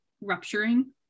rupturing